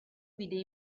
vide